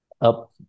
up